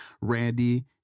Randy